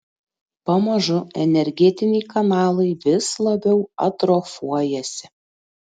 pamažu energetiniai kanalai vis labiau atrofuojasi